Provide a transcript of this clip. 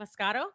Moscato